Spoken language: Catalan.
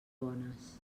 bones